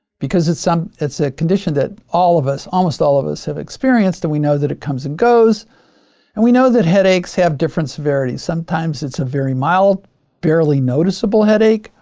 because it's some, it's a condition that all of us, almost all of us have experienced that we know that it comes and goes and we know that headaches have different severities. sometimes, it's a very mild barely noticeable headache.